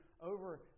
over